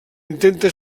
intenta